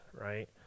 Right